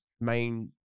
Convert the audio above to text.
main